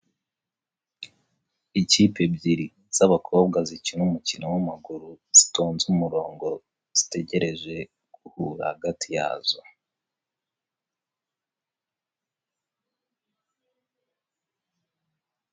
Ikipe ebyiri z'abakobwa zikina umukino w'amaguru, zitonze umurongo zitegereje guhura hagati yazo.